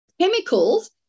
chemicals